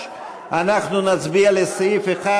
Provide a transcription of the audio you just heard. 7, 8,